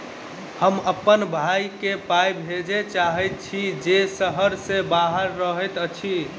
हम अप्पन भयई केँ पाई भेजे चाहइत छि जे सहर सँ बाहर रहइत अछि